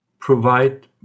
provide